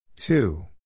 Two